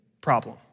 problem